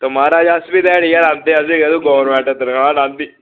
ते महाराज अस बी ध्याड़ी गै लांदे असें कदूं गोरमेंट तनखाह् लांदी